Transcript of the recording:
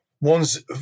One's